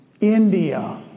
India